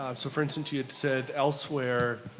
um so for instance, you said elsewhere,